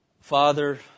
Father